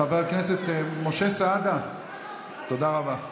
חבר הכנסת משה סעדה, תודה רבה.